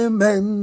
Amen